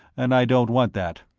and i don't want that.